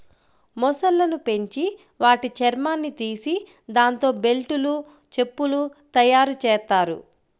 మొసళ్ళను పెంచి వాటి చర్మాన్ని తీసి దాంతో బెల్టులు, చెప్పులు తయ్యారుజెత్తారు